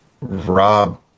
rob